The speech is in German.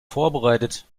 vorbereitet